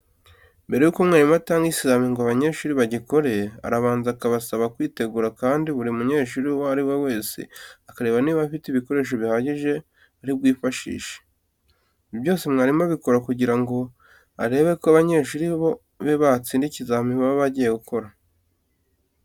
Mbere yuko mwarimu atanga ikizamini ngo abanyeshuri bagikore, arabanza akabasaba kwitegura kandi buri munyeshuri uwo ari we wese akareba niba afite ibikoresho bihagije ari bwifashishe. Ibi byose mwarimu abikora kugira ngo arebe ko abanyeshuri be batsinda ikizamini baba bagiye gukora.